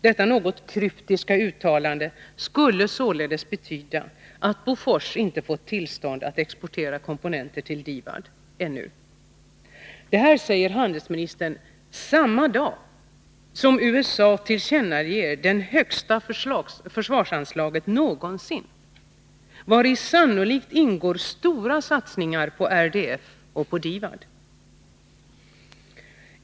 Detta något kryptiska uttalande skulle således betyda att Bofors inte fått tillstånd att exportera komponenterna till DIVAD ännu. Detta säger handelsministern samma dag som USA tillkännager det högsta försvarsanslaget någonsin, vari ingår stora satsningar på RDF och DIVAD.